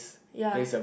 ya